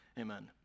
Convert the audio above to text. Amen